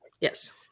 Yes